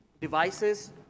devices